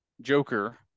Joker